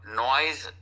noise